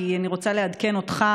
כי אני רוצה לעדכן אותך,